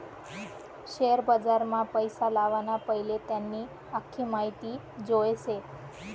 share बजारमा पैसा लावाना पैले त्यानी आख्खी माहिती जोयजे